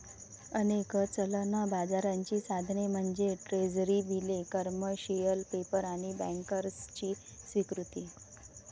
अनेक चलन बाजाराची साधने म्हणजे ट्रेझरी बिले, कमर्शियल पेपर आणि बँकर्सची स्वीकृती